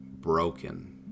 broken